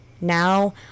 now